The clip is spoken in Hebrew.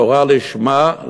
תורה לשמה,